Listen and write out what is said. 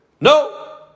No